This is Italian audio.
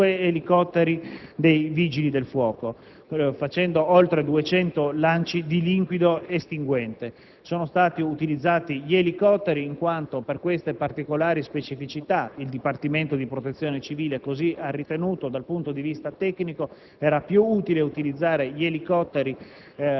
più due elicotteri dei Vigili del fuoco, facendo oltre 200 lanci di liquido estinguente. Sono stati utilizzati gli elicotteri in quanto, per queste particolari specificità (il Dipartimento di protezione civile così ha ritenuto dal punto di vista tecnico), era più utile utilizzare gli elicotteri